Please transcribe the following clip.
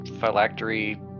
phylactery